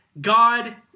God